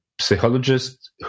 psychologist